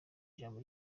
ijambo